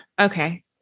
Okay